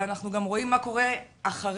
ואנחנו גם רואים מה קורה אחרי,